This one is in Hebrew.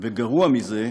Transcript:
וגרוע מזה,